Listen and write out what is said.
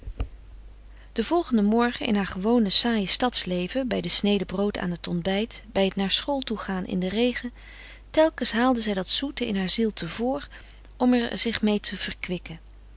den volgenden morgen in haar gewone saaie stadsleven bij de sneden brood aan t ontbijt bij het naar school toe gaan in den regen telkens haalde zij dat zoete in haar ziel te vr om er zich mee te verkwikken